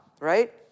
right